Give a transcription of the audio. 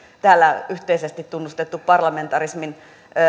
täällä yhteisesti tunnustettu parlamentarismin